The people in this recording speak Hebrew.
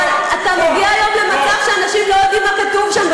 אבל אתה מגיע היום למצב שאנשים לא יודעים מה כתוב שם,